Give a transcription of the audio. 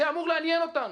זה אמור לעניין אותנו,